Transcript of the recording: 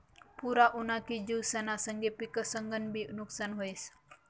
पूर उना की जिवसना संगे पिकंसनंबी नुकसान व्हस